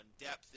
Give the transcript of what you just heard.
depth